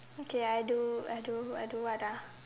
okay I do I do I do what